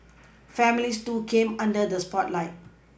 families too came under the spotlight